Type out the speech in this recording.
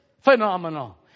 phenomenal